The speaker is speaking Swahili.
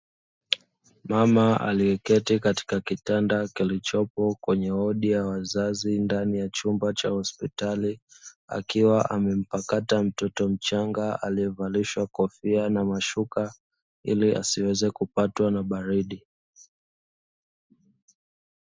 Mama aliyeketi katika kitanda kilichopo kwenye wodi ya wazazi ndani ya chumba cha hospitali akiwa amempakata mtoto mchanga aliyevalishwa kofia na mashuka ili asiweze kupatwa na baridi.